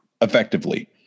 effectively